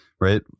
Right